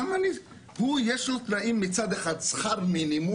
למה לו יש תנאים שהם מצד אחד שכר מינימום,